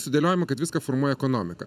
sudėliojama kad viską formuoja ekonomika